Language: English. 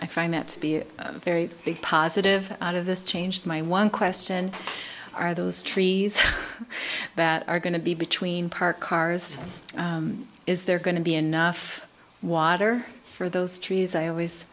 i find that to be very positive out of this changed my one question are those trees that are going to be between parked cars is there going to be enough water for those trees i always